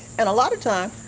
and a lot of times,